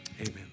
Amen